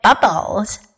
bubbles